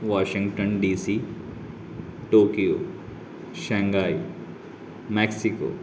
Washington DC Tokyo Shanghai Mexico